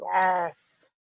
yes